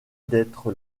d’être